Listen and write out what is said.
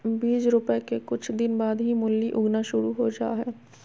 बीज रोपय के कुछ दिन बाद ही मूली उगना शुरू हो जा हय